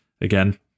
again